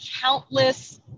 countless